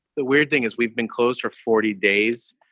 the weird thing is we've been closed for forty days.